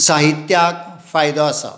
साहित्याक फायदो आसा